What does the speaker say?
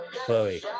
Chloe